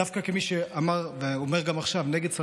דווקא כמי שאמר ואומר גם עכשיו נגד סרבנות,